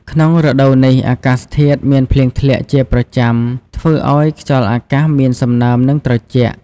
ក្នុងរដូវនេះអាកាសធាតុមានភ្លៀងធ្លាក់ជាប្រចាំ ធ្វើឲ្យខ្យល់អាកាសមានសំណើម និងត្រជាក់។